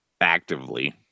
actively